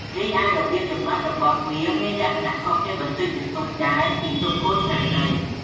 រីឯរបៀបចម្អិនរបស់វាមានលក្ខណៈខុសគ្នាបន្តិចបន្តួចដែរពីស៊ុបគោឆ្នាំងដី។